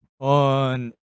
on